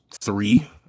three